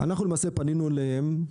אנחנו פנינו אליהם.